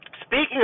speaking